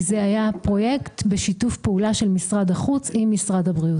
זה היה פרויקט בשיתוף פעולה של משרד החוץ עם משרד הבריאות.